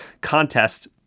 contest